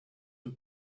two